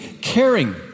caring